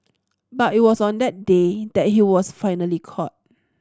but it was on that day that he was finally caught